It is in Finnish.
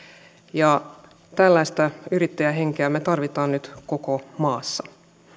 ja tällaista yrittäjähenkeä me tarvitsemme nyt koko maassa